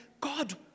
God